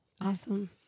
Awesome